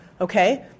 okay